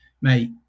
mate